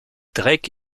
drake